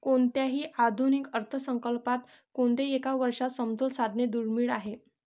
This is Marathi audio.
कोणत्याही आधुनिक अर्थसंकल्पात कोणत्याही एका वर्षात समतोल साधणे दुर्मिळ आहे